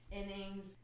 innings